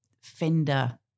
fender